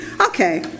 Okay